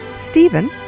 Stephen